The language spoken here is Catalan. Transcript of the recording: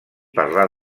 parlar